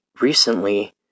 recently